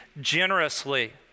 generously